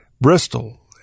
Bristol